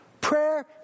Prayer